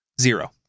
zero